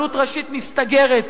ורבנות ראשית מסתגרת,